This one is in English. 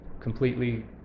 completely